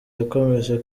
yakomeje